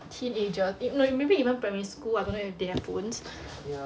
teenagers no even maybe primary school I don't know if they have phones